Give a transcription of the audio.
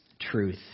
truth